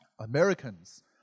Americans